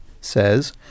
says